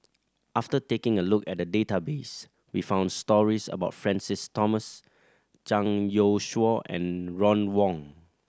after taking a look at the database we found stories about Francis Thomas Zhang Youshuo and Ron Wong